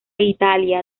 italia